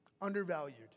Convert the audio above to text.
undervalued